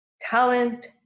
talent